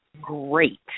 great